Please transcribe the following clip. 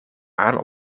aan